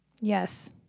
Yes